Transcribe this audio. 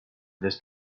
the